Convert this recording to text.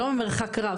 לא ממרחק רב,